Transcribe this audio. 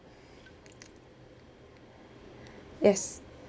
yes